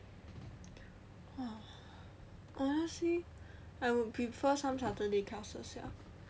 oh honestly I would prefer some saturday classes ah